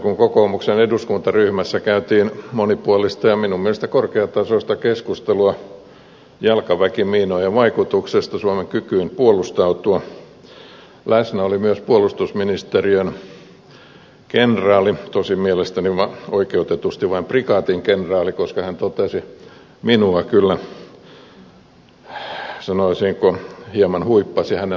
kun kokoomuksen eduskuntaryhmässä käytiin monipuolista ja minun mielestäni korkeatasoista keskustelua jalkaväkimiinojen vaikutuksesta suomen kykyyn puolustautua läsnä oli myös puolustusministeriön kenraali tosin mielestäni oikeutetusti vain prikaatikenraali koska minua kyllä sanoisinko hieman huippasi hänen lausumansa